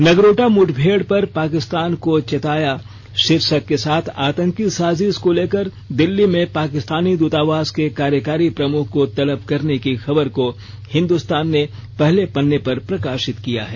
नगरोटा मुठभेड़ पर पाकिस्तान को चेताया शीर्षक के साथ आतंकी साजिश को लेकर दिल्ली में पाकिस्तानी दूतावास के कार्यकारी प्रमुख को तलब करने की खबर को हिन्दुस्तान ने पहले पन्ने पर प्रकाशित किया है